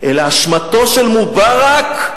אלא אשמתו של מובארק,